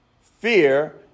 fear